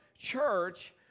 church